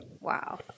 Wow